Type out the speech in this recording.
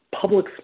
public